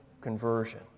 conversion